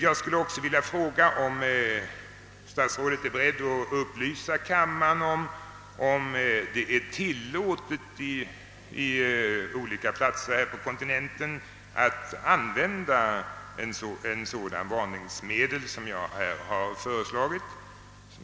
Jag skulle också vilja fråga om statsrådet är beredd att upplysa kammaren om det är tillåtet på olika platser på kontinenten att använda ett sådant varningsmedel som jag här föreslagit.